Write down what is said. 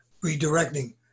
redirecting